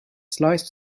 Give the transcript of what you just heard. slice